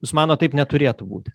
jūs manot taip neturėtų būti